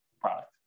product